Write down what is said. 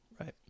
Right